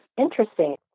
interesting